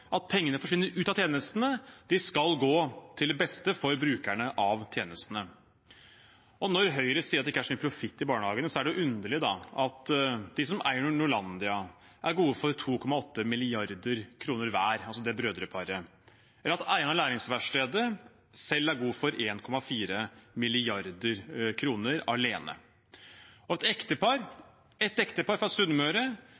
at pengene forsvinner ut av tjenestene. De skal gå til det beste for brukerne av tjenestene. Og når Høyre sier at det ikke er så mye profitt i barnehagene, er det jo underlig at det brødreparet som eier Norlandia, er gode for 2,8 mrd. kr hver, at eieren av Læringsverkstedet er god for 1,4 mrd. kr alene, og at et